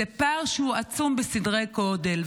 זה פער שהוא עצום בסדרי גודל.